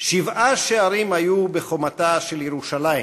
"שבעה שערים היו בחומתה של ירושלים,